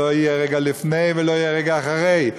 לא יהיה רגע לפני ולא יהיה רגע אחרי.